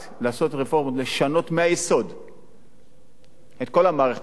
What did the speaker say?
לעשות רפורמה: לשנות מהיסוד את כל המערכת הזאת.